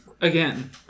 again